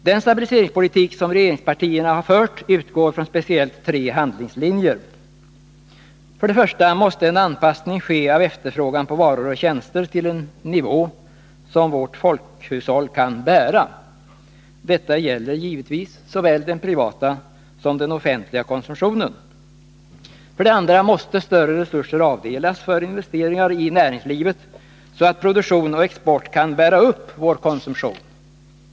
Den stabiliseringspolitik som regeringspartierna har fört utgår från speciellt tre handlingslinjer. För det första måste en anpassning ske av efterfrågan på varor och tjänster till en nivå som vårt folkhushåll kan klara. Detta gäller givetvis såväl den privata som den offentliga konsumtionen. För det andra måste större resurser avdelas för investeringar i näringslivet så att produktion och export kan bära upp vår konsumtion.